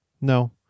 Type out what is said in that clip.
No